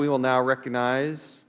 we will now recognize